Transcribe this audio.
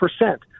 percent